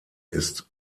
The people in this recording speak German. ist